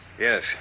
Yes